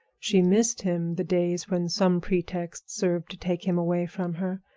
she missed him the days when some pretext served to take him away from her,